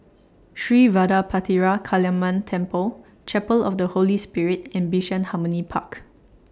Sri Vadapathira Kaliamman Temple Chapel of The Holy Spirit and Bishan Harmony Park